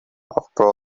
after